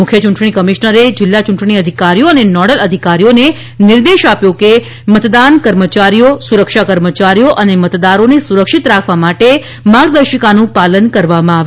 મુખ્ય ચૂંટણી કમિશનરે જિલ્લા ચૂંટણી અધિકારીઓ અને નોડલ અધિકારીઓને નિર્દેશ આપ્યો હતો કે મતદાન કર્મચારીઓ સુરક્ષા કર્મચારીઓ અને મતદારોને સુરક્ષિત રાખવા માટે માર્ગદર્શિકાનું પાલન કરવામાં આવે